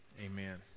Amen